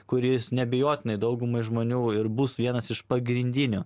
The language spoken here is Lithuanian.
kuris neabejotinai daugumai žmonių ir bus vienas iš pagrindinių